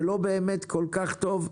ולא באמת כל כך טוב,